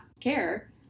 care